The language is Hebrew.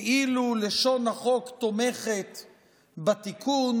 כאילו לשון החוק תומכת בתיקון,